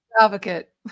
advocate